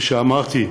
כפי שאמרתי,